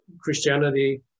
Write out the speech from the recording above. christianity